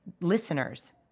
listeners